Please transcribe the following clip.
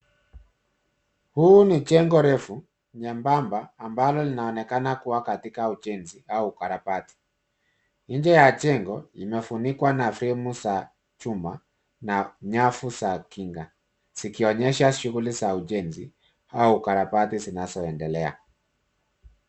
Huu ni jengo refu, nyembamba ambalo linaonekana kuwa katika ujenzi au ukarabati. Nje ya jengo imefunikwa na fremu za chuma na nyavu za kinga zikionyesha shughuli za ujenzi au ukarabati zinazoendelea.